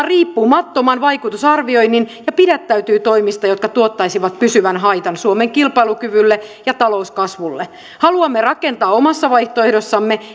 riippumattoman vaikutusarvioinnin ja pidättäytyy toimista jotka tuottaisivat pysyvän haitan suomen kilpailukyvylle ja talouskasvulle haluamme rakentaa omassa vaihtoehdossamme